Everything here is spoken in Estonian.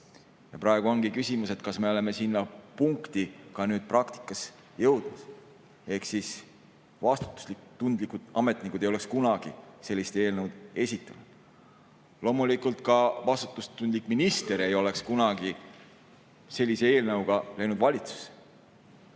Praegu ongi küsimus, kas me oleme sinna punkti ka praktikas jõudnud. Vastutustundlikud ametnikud ei oleks kunagi sellist eelnõu esitanud. Loomulikult ka vastutustundlik minister ei oleks kunagi sellise eelnõuga valitsusse